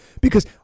because-